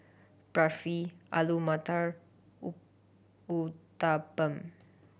Barfi Alu Matar U Uthapam